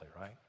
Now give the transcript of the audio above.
right